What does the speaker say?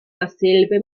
dasselbe